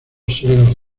severos